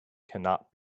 cannot